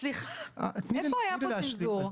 סליחה, איפה היה פה צינזור?